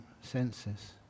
Senses